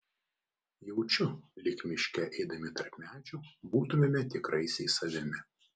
jaučiu lyg miške eidami tarp medžių būtumėme tikraisiais savimi